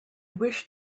wish